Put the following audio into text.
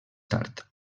tard